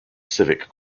civic